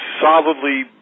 solidly